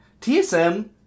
TSM